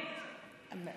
אני כאן.